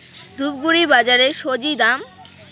ধূপগুড়ি বাজারের স্বজি দাম?